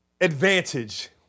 advantage